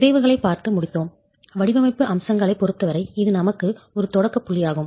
சிதைவுகளைப் பார்த்து முடித்தோம் வடிவமைப்பு அம்சங்களைப் பொறுத்தவரை இது நமக்கு ஒரு தொடக்க புள்ளியாகும்